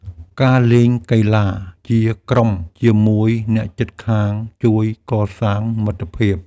ការលេងកីឡាជាក្រុមជាមួយអ្នកជិតខាងជួយកសាងមិត្តភាព។